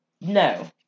No